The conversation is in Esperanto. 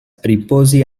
ripozi